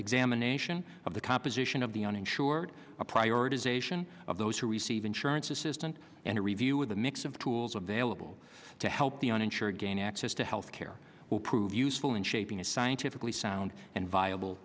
examination of the composition of the uninsured a prioritization of those who receive insurance assistant and review with the mix of tools available to help the uninsured gain access to health care will prove useful in shaping a scientifically sound and viable